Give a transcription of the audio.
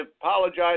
apologize